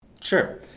Sure